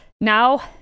Now